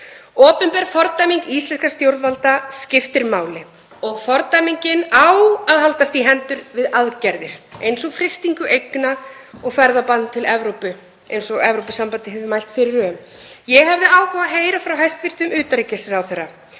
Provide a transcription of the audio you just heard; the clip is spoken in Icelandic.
Opinber fordæming íslenskra stjórnvalda skiptir máli og fordæmingin á að haldast í hendur við aðgerðir eins og frystingu eigna og ferðabann til Evrópu eins og Evrópusambandið hefur mælt fyrir um. Ég hefði áhuga á að heyra frá hæstv. utanríkisráðherra